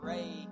Ray